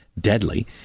deadly